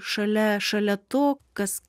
šalia šalia to kas